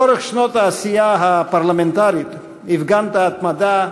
לאורך שנות העשייה הפרלמנטרית הפגנת התמדה,